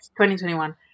2021